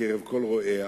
בקרב כל רואיה